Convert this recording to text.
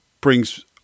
brings